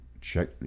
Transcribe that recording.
check